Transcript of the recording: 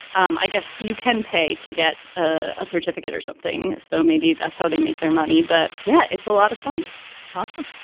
um i guess you can pay to get a certificate or something so maybe that's how they make their money. but yeah, it's a lot of fun awesome.